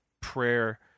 prayer